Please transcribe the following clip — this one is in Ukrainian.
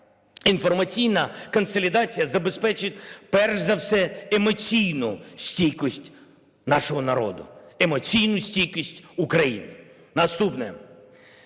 Інформаційна консолідація забезпечить перш за все емоційну стійкість нашого народу, емоційну стійкість України. Наступне.